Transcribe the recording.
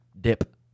Dip